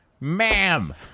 ma'am